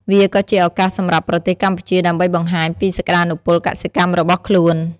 វាក៏ជាឱកាសសម្រាប់ប្រទេសកម្ពុជាដើម្បីបង្ហាញពីសក្តានុពលកសិកម្មរបស់ខ្លួន។